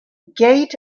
gait